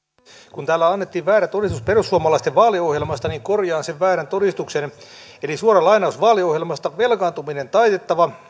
kun täällä annettiin väärä todistus perussuomalaisten vaaliohjelmasta niin korjaan sen väärän todistuksen suora lainaus vaaliohjelmasta velkaantuminen taitettava